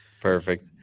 Perfect